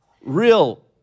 real